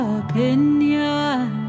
opinion